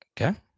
okay